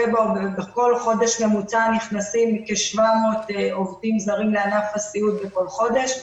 פברואר ובכל חודש ממוצע נכנסים כ-700 עובדים זרים לענף הסיעוד בכל חודש.